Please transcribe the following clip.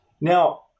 now